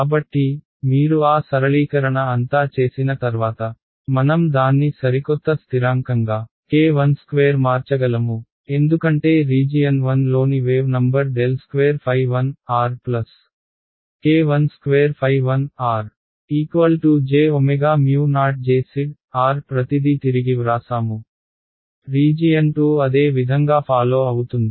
కాబట్టి మీరు ఆ సరళీకరణ అంతా చేసిన తర్వాత మనం దాన్ని సరికొత్త స్థిరాంకం గా k12 మార్చగలము ఎందుకంటే రీజియన్ 1 లోని వేవ్ నంబర్ ∇2 1k121jO Jz ప్రతిదీ తిరిగి వ్రాసాము రీజియన్ 2 అదే విధంగా ఫాలో అవుతుంది